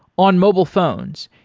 on mobile phones,